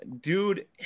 dude